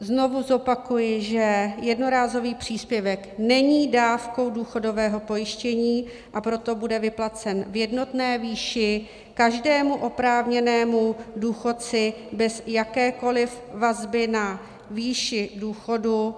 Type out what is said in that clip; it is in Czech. Znovu zopakuji, že jednorázový příspěvek není dávkou důchodového pojištění, a proto bude vyplacen v jednotné výši každému oprávněnému důchodci bez jakékoliv vazby na výši důchodu.